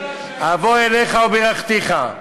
אבוא אליך ובירכתיך.